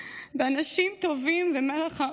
באנשים טובים, במלח הארץ.